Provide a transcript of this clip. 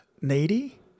needy